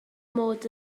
mod